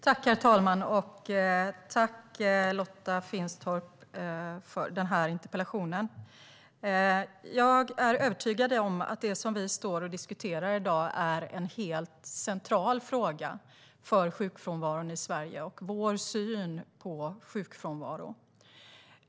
Herr talman! Jag tackar Lotta Finstorp för interpellationen. Jag är övertygad om att det vi står och diskuterar i dag är en helt central fråga för sjukfrånvaron i Sverige och för vår syn på sjukfrånvaro.